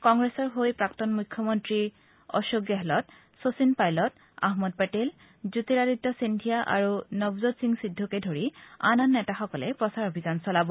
কংগ্ৰেছৰ হৈ প্ৰাক্তনমুখ্য মন্ত্ৰী অশোক গেহলট শচীন পাইলট আহমড পেটেল জ্যোতিৰাদিত্য সিন্ধিয়া আৰু নবজট সিং সিদ্ধুকে ধৰি আন আন নেতাসকলে প্ৰচাৰ অভিযান চলাব